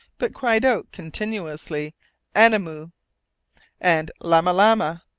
but cried out continuously anamoo and lamalama.